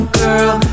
girl